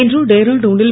இன்று டேராடுனில்